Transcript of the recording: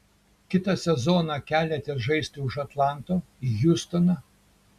kitą sezoną keliatės žaisti už atlanto į hjustoną